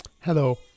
Hello